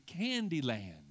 Candyland